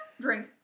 Drink